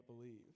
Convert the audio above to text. believe